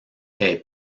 est